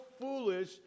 foolish